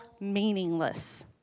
meaningless